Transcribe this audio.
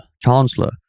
Chancellor